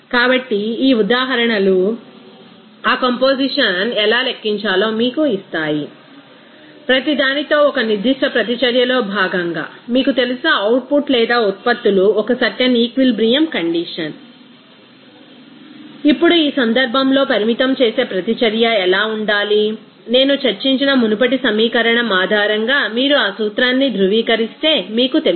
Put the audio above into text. కాబట్టి ఈ ఉదాహరణలు ఆ కొంపోజిషన్ ఎలా లెక్కించాలో మీకు ఇస్తాయి ప్రతి దానితో ఒక నిర్దిష్ట ప్రతిచర్యలో భాగంగా మీకు తెలుసా అవుట్పుట్ లేదా ఉత్పత్తులు ఒక certain equilibrium condition refer slide time 2603 ఇప్పుడు ఈ సందర్భంలో పరిమితం చేసే ప్రతిచర్య ఎలా ఉండాలి నేను చర్చించిన మునుపటి సమీకరణం ఆధారంగా మీరు ఆ సూత్రాన్ని ధృవీకరిస్తే మీకు తెలుసు